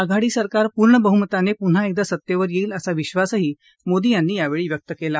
आघाडी सरकार पूर्ण बहुमताने पुन्हा एकदा सत्तेवर येईल असा विश्वासही मोदी यांनी यावेळी व्यक्त केला